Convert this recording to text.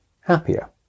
happier